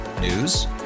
News